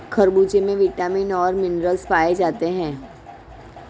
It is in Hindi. खरबूजे में विटामिन और मिनरल्स पाए जाते हैं